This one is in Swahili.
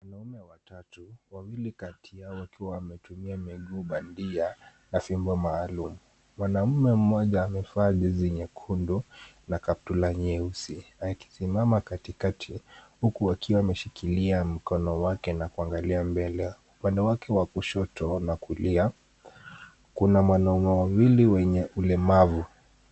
Wanaume watatu, wawili kati yao wakiwa wametumia miguu bandia na fimbo maalum. Mwanaume mmoja amevaa jezi nyekundu na kaptura nyeusi, akisimama kati kati huku akiwa ameshikilia mkono wake na kuangalia mbele. Upande wake wa kushoto na kulia kuna wanaume wawili wenye ulemavu.